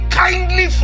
kindly